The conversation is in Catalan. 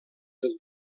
del